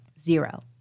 Zero